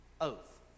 oath